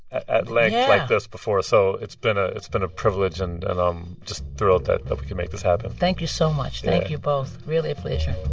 at length like this before, so it's been ah it's been a privilege. and and i'm just thrilled that that we could make this happen thank you so much. thank you both, really a pleasure